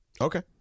Okay